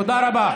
תודה רבה.